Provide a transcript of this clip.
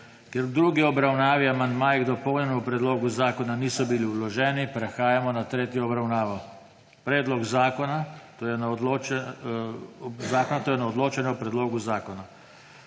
Ker v drugi obravnavi amandmaji k dopolnjenemu predlogu zakona niso bili vloženi, prehajamo na tretjo obravnavo predloga zakona, to je na odločanje o predlogu zakona.